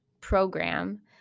program